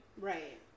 right